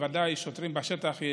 וודאי שוטרים בשטח,